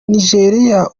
nijeriya